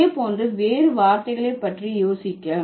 இதே போன்ற வேறு வார்த்தைகளை பற்றி யோசி